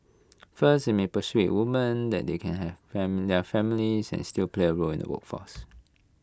first IT may persuade women that they can have familiar families and still play A role in the workforce